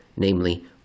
namely